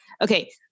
Okay